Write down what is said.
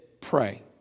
pray